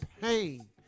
pain